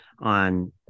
on